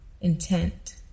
intent